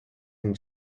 and